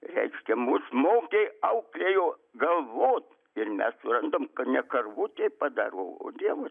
reiškia mus mokė auklėjo galvot ir mes suprantam kad ne karvutė padaro o dievas